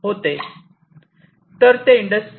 तर ते इंडस्ट्री1